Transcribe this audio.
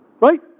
Right